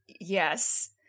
yes